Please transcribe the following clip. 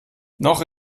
noch